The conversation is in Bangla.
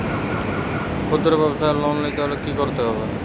খুদ্রব্যাবসায় লোন নিতে হলে কি করতে হবে?